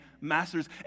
masters